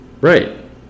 Right